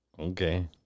Okay